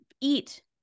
eat